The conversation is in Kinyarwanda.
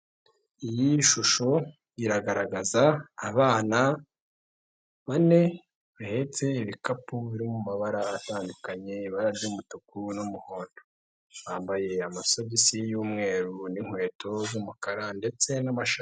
Iyi shusho iragaragaza abana bane bahetse ibikapu biri mu mabara atandukanye ibara ry'umutuku n'umuhondo bambaye amasogisi y'umweru n'inkweto z'umukara ndetse n'amashati.